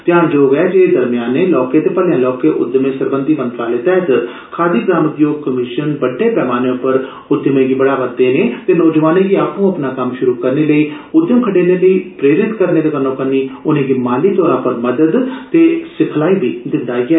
ध्यानजोग ऐ जे दरमेयाने लौह्के ते भर्लेया लौह्के उद्यमे सरबंधी मंत्रालय तैह्त ग्रामोद्योग कमीशन बड्डे पैमाने पर उद्यमें गी बढ़ावा देने ते नोजुआनें गी आपूं अपना कम्म शुरू करने लेई उद्यम खडेरने लेई प्रेरत करने दे कन्नोकन्नी उनेंगी माली तौरा पर मदद ते सिखलाई बी दिंदा ऐ